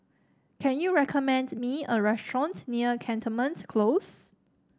can you recommend me a restaurant near Cantonment Close